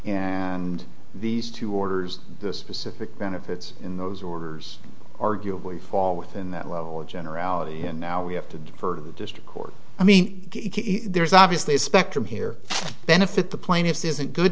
and these two orders this pacific benefits in those orders arguably fall within that level of generality and now we have to defer to the district court i mean there's obviously a spectrum here benefit the plaintiffs isn't good